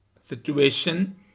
situation